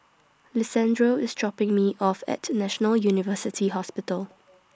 Lisandro IS dropping Me off At National University Hospital